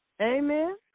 Amen